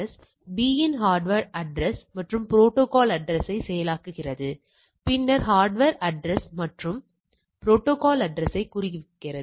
B இன் hardware address மற்றும் protocol அட்ரஸ்யை செயலாக்குகிறது பின்னர் ஹார்ட்வர் அட்ரஸ் மற்றும் ப்ரோடோகால் அட்ரஸ்யை குறிவைக்கிறது